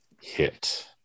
hit